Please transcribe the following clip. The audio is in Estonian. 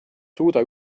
suuda